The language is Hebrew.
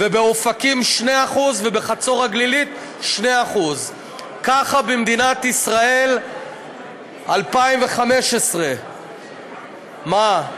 ובאופקים 2% ובחצור-הגלילית 2%. ככה במדינת ישראל 2015. מה,